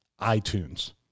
iTunes